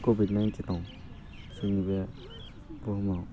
Covid नाइन्टिनाव जोंनि बे बुहुमाव